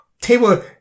Table